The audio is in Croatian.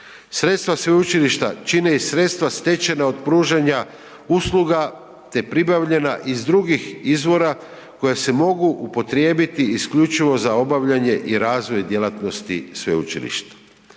Sredstva sveučilišta čine i sredstva stečena od pružanja usluga te pribavljena iz drugih izvora koja se mogu upotrijebiti isključivo za obavljanje i razvoj djelatnosti sveučilišta.